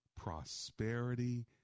prosperity